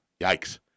Yikes